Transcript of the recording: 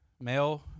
Male